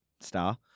star